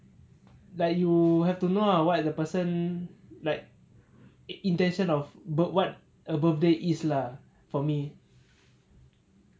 like you have to know what the person like intention of birth~ what a birthday is lah for me